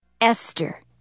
Esther